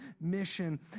mission